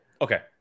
Okay